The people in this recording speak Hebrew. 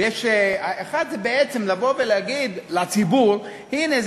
זה בעצם לבוא ולהגיד לציבור: הנה,